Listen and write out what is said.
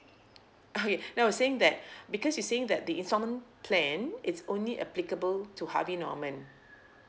okay no I was saying that because you're saying that the installment plan it's only applicable to Harvey Norman